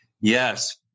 Yes